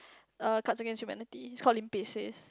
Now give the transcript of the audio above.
uh cards against humanity it's called Limpeh says